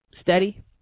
steady